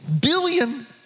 billion